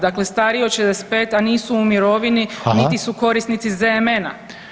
Dakle, stariji od 65, a nisu u mirovini [[Upadica: Hvala.]] niti su korisnici ZMN-a.